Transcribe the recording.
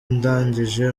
ndangije